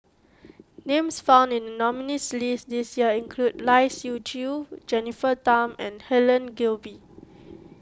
names found in the nominees' list this year include Lai Siu Chiu Jennifer Tham and Helen Gilbey